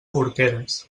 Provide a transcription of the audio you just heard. porqueres